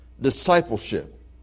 Discipleship